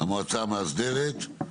המועצה המאסדרת,